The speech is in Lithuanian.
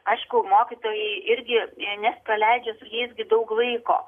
aišku mokytojai irgi nes praleidžia su jais daug laiko